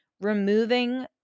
removing